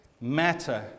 matter